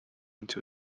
into